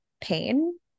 pain